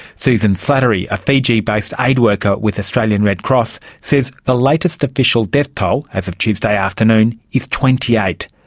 susan slattery, a fiji based aid worker with australian read cross, says the latest official death toll as of tuesday afternoon is twenty eight.